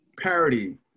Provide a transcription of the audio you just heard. parody